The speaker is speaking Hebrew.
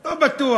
לא בטוח.